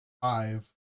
five